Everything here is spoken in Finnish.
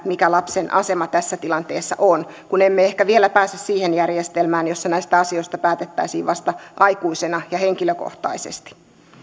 mikä lapsen asema tässä tilanteessa on kun emme ehkä vielä pääse siihen järjestelmään jossa näistä asioista päätettäisiin vasta aikuisena ja henkilökohtaisesti